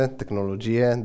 tecnologie